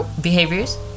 behaviors